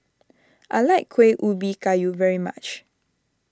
I like Kueh Ubi Kayu very much